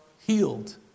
healed